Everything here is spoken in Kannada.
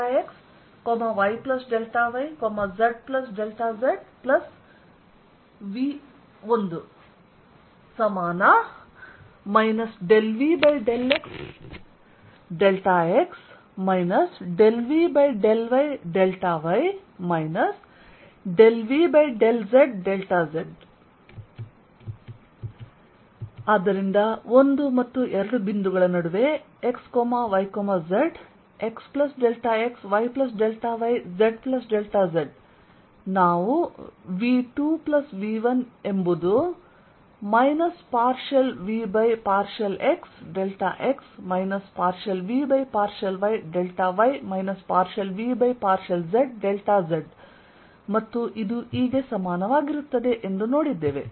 dl Ein terms of potential V2V1 VxxyyzzV1 ∂V∂xx ∂V∂yy ∂V∂zz ಆದ್ದರಿಂದ 1 ಮತ್ತು 2 ಬಿಂದುಗಳ ನಡುವೆ x y z x plus delta x y plus delta y z plus delta z ನಾವು V V ಎಂಬುದು minus partial V by partial x delta x minus partial V by partial y delta y minus partial V by partial z delta z ಮತ್ತು ಇದು E ಗೆ ಸಮಾನವಾಗಿರುತ್ತದೆ ಎಂದು ನೋಡಿದ್ದೇವೆ